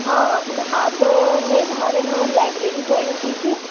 हाँ मैं आप ने हमारे यहाँ लाइब्रेरी ज्वाइन की थी